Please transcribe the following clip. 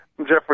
Jeffrey